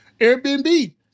Airbnb